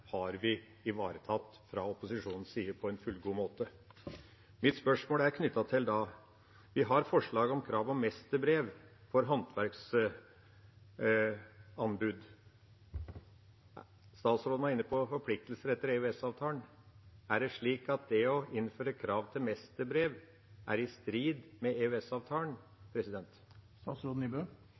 har vi ivaretatt fra opposisjonens side på en fullgod måte. Mitt spørsmål er: Vi har forslag om krav om mesterbrev for håndverksanbud. Statsråden var inne på forpliktelser etter EØS-avtalen. Er det slik at det å innføre krav til mesterbrev er i strid med